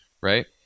right